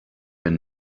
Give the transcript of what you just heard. and